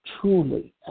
truly